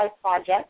project